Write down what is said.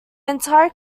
entire